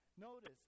Notice